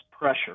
pressure